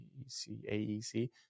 AEC